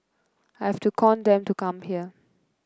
I have to con them to come here